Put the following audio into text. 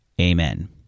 Amen